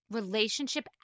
relationship